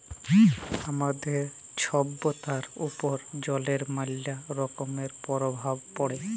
আমাদের ছভ্যতার উপর জলের ম্যালা রকমের পরভাব পড়ে